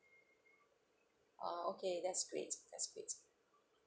uh okay that's great that's great